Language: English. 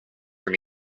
from